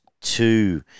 two